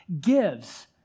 Gives